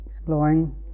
Exploring